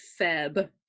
Feb